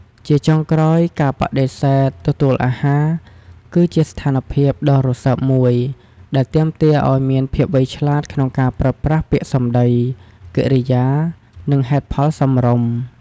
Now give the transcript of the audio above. ជាចុងក្រោយ ការបដិសេធទទួលអាហារ គឺជាស្ថានភាពដ៏រសើបមួយ ដែលទាមទារឲ្យមានភាពវៃឆ្លាតក្នុងការប្រើប្រាស់ពាក្យសម្ដី កិរិយា និងហេតុផលសមរម្យ។